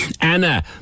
Anna